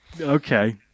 Okay